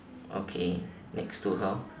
okay next to her